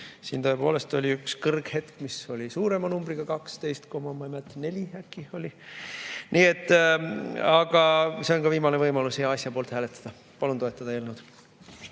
Siin tõepoolest oli üks kõrghetk, mis oli suurema numbriga – 12,4% äkki oli. Aga see on viimane võimalus hea asja poolt hääletada. Palun toetada eelnõu.